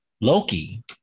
Loki